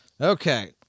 Okay